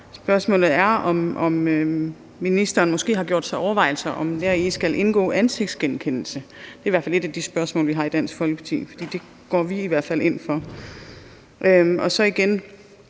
spørge, om ministeren måske har gjort sig overvejelser om, hvorvidt der deri skal indgå ansigtsgenkendelse. Det er i hvert fald et af de spørgsmål, vi har i Dansk Folkeparti, for det går vi i hvert fald ind for. Og så er